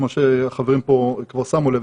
כמו שחברים פה כבר שמו לב,